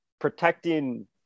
protecting